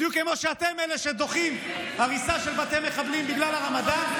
בדיוק כמו שאתם אלה שדוחים הריסה של בתי מחבלים בגלל הרמדאן,